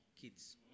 kids